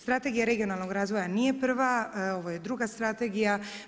Strategija regionalnog razvoja nije prva, ovo je druga strategija.